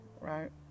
right